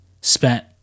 spent